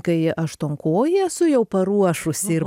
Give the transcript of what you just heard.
kai aštuonkojį esu jau paruošusi ir